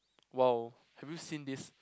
!wow! have you seen this